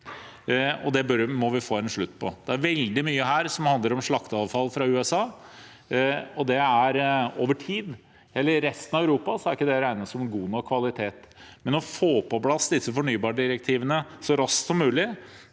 det må vi få en slutt på. Det er veldig mye her som handler om slakteavfall fra USA, og i resten av Europa er ikke det regnet som en god nok kvalitet. Å få på plass disse fornybardirektivene så raskt som mulig